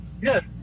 Yes